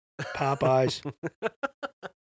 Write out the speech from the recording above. Popeye's